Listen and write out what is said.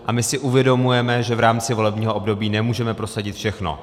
A my si uvědomujeme, že v rámci volebního období nemůžeme prosadit všechno.